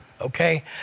Okay